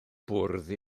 bwrdd